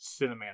cinematic